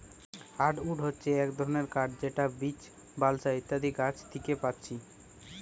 hardwood হচ্ছে এক ধরণের কাঠ যেটা বীচ, বালসা ইত্যাদি গাছ থিকে পাচ্ছি